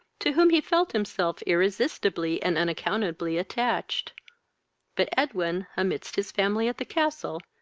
to whom he felt himself irresistibly and unaccountably attached but edwin, amidst his family at the castle,